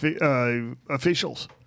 officials